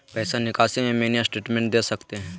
पैसा निकासी में मिनी स्टेटमेंट दे सकते हैं?